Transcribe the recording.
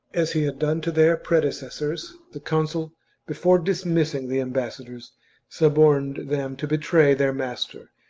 as he had done to their prede cessors, the consul before dismissing the ambassadors suborned them to betray their master,